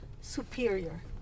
superior